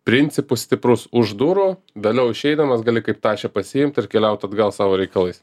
principus stiprus už durų vėliau išeidamas gali kaip tašę pasiimt ir keliaut atgal savo reikalais